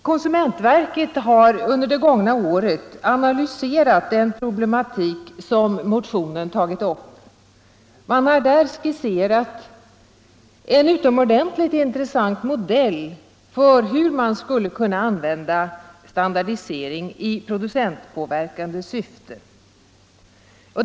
Konsumentverket har under det gångna året analyserat den proble matik som motionen tagit upp. Man har där skisserat en utomordentligt — Nr 42 intressant modell för hur man skulle kunna använda standardisering i Torsdagen den producentpåverkande syfte.